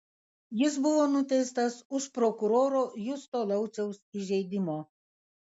jis buvo nuteistas už prokuroro justo lauciaus įžeidimo